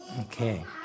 Okay